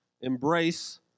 Embrace